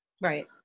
right